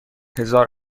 هزار